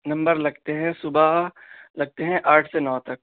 number لگتے ہیں صبح لگتے ہیں آٹھ سے نو تک